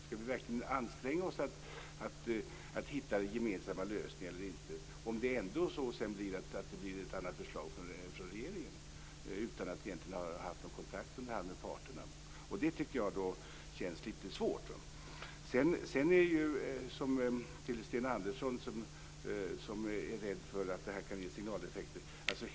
Skall vi verkligen anstränga oss för att hitta gemensamma lösningar, om det ändå kommer ett helt annat förslag från regeringen, utan att den egentligen har haft någon kontakt med parterna? Det känns litet svårt. Sten Andersson är rädd för att detta kan ge signaleffekter.